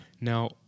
now